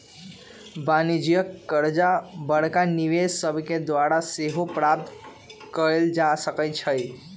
वाणिज्यिक करजा बड़का निवेशक सभके द्वारा सेहो प्राप्त कयल जा सकै छइ